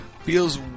Feels